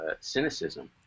cynicism